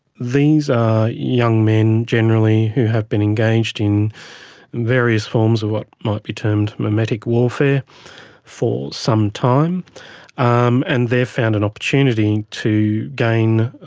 these are young men generally who have been engaged in various forms of what might be termed mimetic warfare for some time um and they've found an opportunity to gain